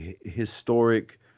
historic